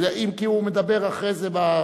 אם כי הוא מדבר אחרי זה.